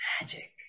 Magic